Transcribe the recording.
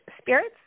spirit's